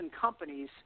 companies